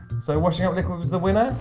so washing up liquid was the winner?